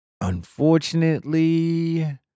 Unfortunately